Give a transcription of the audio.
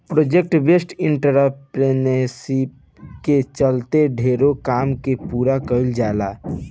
project based entrepreneurship के चलते ढेरे काम के पूरा कईल जाता